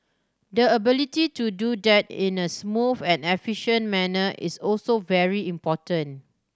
the ability to do that in a smooth and efficient manner is also very important